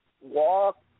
Walk